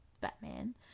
Batman